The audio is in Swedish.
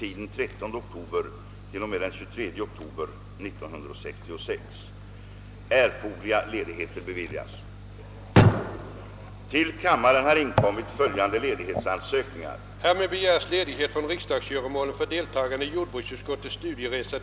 Till ledning vid denna demonstration har utdelats dels en kortfattad beskrivning över anläggningen i dess helhet och dels en detaljerad beskrivning av ledmöternas platsutrustningar.